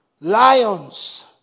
lions